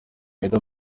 meddy